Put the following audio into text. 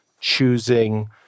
choosing